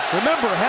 remember